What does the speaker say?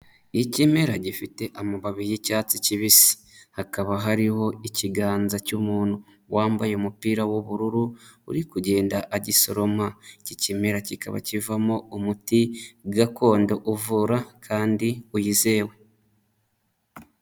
Ikimera gifite amababi y'icyatsi kibisi, hakaba hariho ikiganza cy'umuntu, wambaye umupira w'ubururu uri kugenda agisoroma, iki kimera kikaba kivamo umuti gakondo uvura kandi wizewe.